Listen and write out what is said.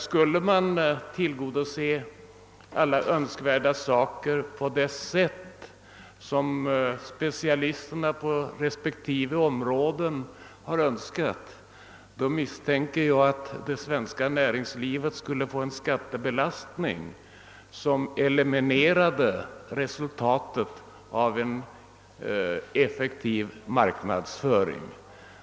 Skulle man tillgodose alla önskemål på det sätt som specialisterna inom respektive område förordar, misstänker jag att det svenska näringslivet skulle få en skattebelast ning som eliminerade resultatet av en effektivare marknadsföring.